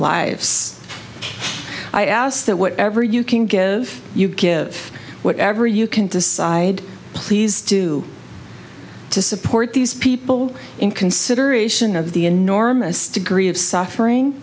lives i ask that whatever you can give you give whatever you can decide please do to support these people in consideration of the enormous degree of suffering